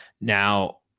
Now